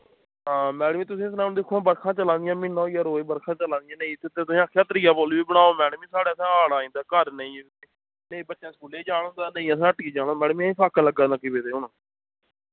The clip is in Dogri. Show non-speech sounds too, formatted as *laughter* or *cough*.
हां मैडम जी तुस इसलै हु'न दिक्खो हां बर्खां चला दियां म्हीन्ना होइया रोज बर्खा चला दी *unintelligible* तुसें आक्खेआ त्रिया पुल बी बनाओ मैडम जी साढ़े इत्थै हाड़ आइंदा घर नेईं नेईं बच्चैं स्कूले जान होंदा ते नेईं असैं हट्टिये जाना होंदा मैडम जी असें फाक्के लग्गन लग्गी पेदे हु'न